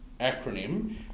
acronym